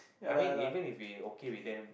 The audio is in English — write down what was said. I mean even if he okay with them